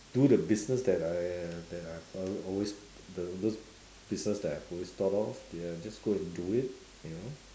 do the business that I that I've always those those business that I have always thought of ya just go and do it you know